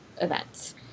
events